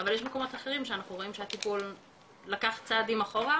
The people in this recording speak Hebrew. אבל יש מקומות אחרים שהטיפול לקח צעדים אחורה